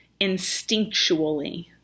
instinctually